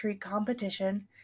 competition